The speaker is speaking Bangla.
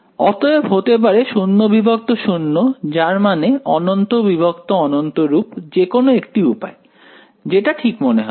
অতএব হতে পারে 0 বিভক্ত 0 যার মানে অনন্ত বিভক্ত অনন্ত রূপ যেকোনো একটি উপায় যেটা ঠিক মনে হবে